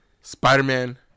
Spider-Man